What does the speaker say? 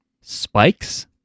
spikes